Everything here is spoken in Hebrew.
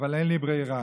אבל אין לי ברירה,